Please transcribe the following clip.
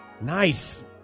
Nice